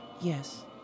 Yes